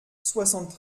soixante